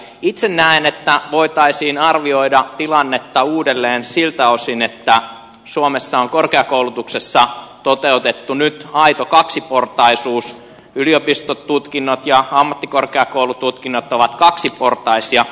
itse näen että voitaisiin arvioida tilannetta uudelleen siltä osin että suomessa on korkeakoulutuksessa toteutettu nyt aito kaksiportaisuus yliopistotutkinnot ja ammattikorkeakoulututkinnot ovat kaksiportaisia